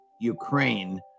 Ukraine